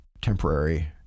temporary